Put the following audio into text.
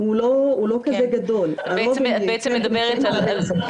הוא לא כזה גדול, הרוב נמצאים על הרצף.